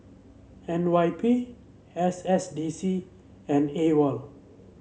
N Y P S S D C and AWOL